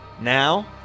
Now